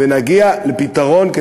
ונגיע לפתרון,